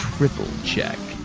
triple check.